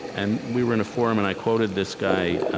and we were in a forum, and i quoted this guy,